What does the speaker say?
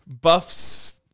Buffs